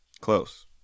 Close